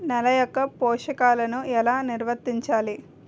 నెల యెక్క పోషకాలను ఎలా నిల్వర్తించాలి